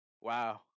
Wow